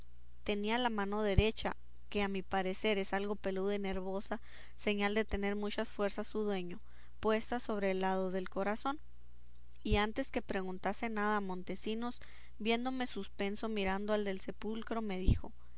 tenía la mano derecha que a mi parecer es algo peluda y nervosa señal de tener muchas fuerzas su dueño puesta sobre el lado del corazón y antes que preguntase nada a montesinos viéndome suspenso mirando al del sepulcro me dijo